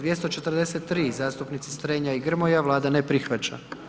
243. zastupnici Strenja i Grmoja, Vlada ne prihvaća.